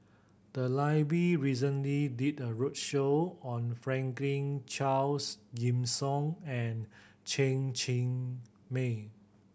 the library recently did a roadshow on Franklin Charles Gimson and Chen Cheng Mei